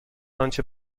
آنچه